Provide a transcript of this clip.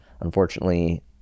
unfortunately